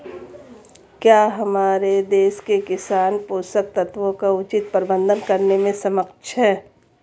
क्या हमारे देश के किसान पोषक तत्वों का उचित प्रबंधन करने में सक्षम हैं?